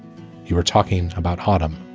you were talking about autumn.